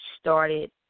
started